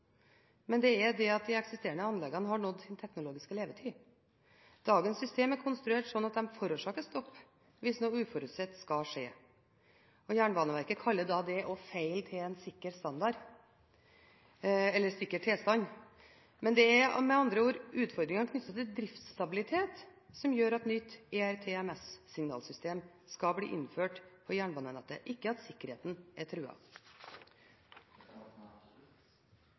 men at de eksisterende anleggene har nådd sin teknologiske levetid. Dagens system er konstruert slik at det forårsaker stopp hvis noe uforutsett skulle skje. Jernbaneverket kaller det å feile til en sikker tilstand. Det er med andre ord utfordringer knyttet til driftsstabilitet som gjør at nytt ERTMS-signalsystem skal bli innført på jernbanenettet, ikke at sikkerheten er